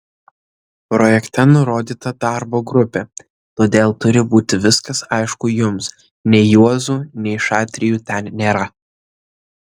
projekte nurodyta darbo grupė todėl turi būti viskas aišku jums nei juozų nei šatrijų ten nėra